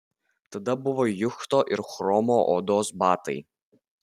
tada buvo juchto ir chromo odos batai